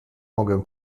mogę